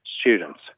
students